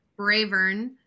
Bravern